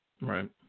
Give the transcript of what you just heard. Right